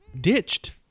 ditched